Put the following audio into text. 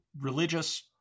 religious